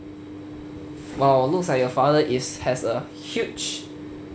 !wow! looks like your father is has a huge